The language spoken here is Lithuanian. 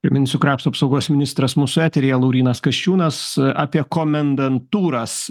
priminsiu krašto apsaugos ministras mūsų eteryje laurynas kasčiūnas apie komendantūras